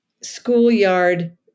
schoolyard